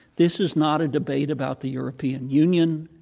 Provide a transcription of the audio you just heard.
this is not a debate about the european union.